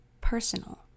personal